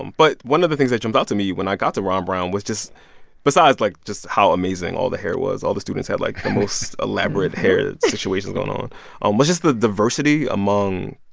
but one of the things that jumped out to me when i got to ron brown was just besides, like, just how amazing all the hair was all the students had, like, the most elaborate hair situations going on um was just the diversity among.